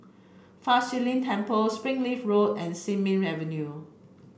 Fa Shi Lin Temple Springleaf Road and Sin Ming Avenue